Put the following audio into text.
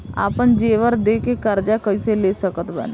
आपन जेवर दे के कर्जा कइसे ले सकत बानी?